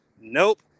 Nope